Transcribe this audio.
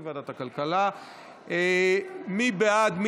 מי בעד?